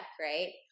right